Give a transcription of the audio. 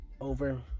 over